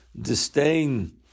disdain